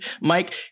Mike